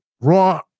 raw